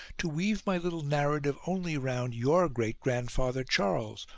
to weave my little narrative only round your great grandfather charles,